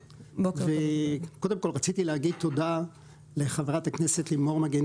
רציתי קודם כל לומר תודה לחברת הכנסת לימור מגן